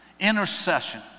Intercession